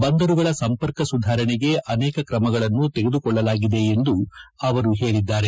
ಬಂದರುಗಳ ಸಂಪರ್ಕ ಸುಧಾರಣೆಗೆ ಅನೇಕ ಕ್ರಮಗಳನ್ನು ತೆಗೆದುಕೊಳ್ಳಲಾಗಿದೆ ಎಂದು ಅವರು ಹೇಳಿದ್ದಾರೆ